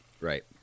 Right